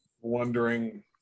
wondering